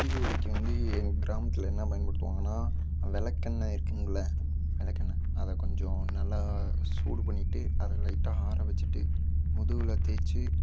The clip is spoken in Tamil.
முதுகுவலிக்கு வந்து எங்கள் கிராமத்தில் என்ன பயன்படுத்துவாங்கன்னால் விளக்கெண்ணெ இருக்குங்கள்ல விளக்கெண்ணெ அதை கொஞ்சம் நல்லா சூடு பண்ணிட்டு அதை லைட்டாக ஆறவச்சிட்டு முதுகில் தேய்ச்சி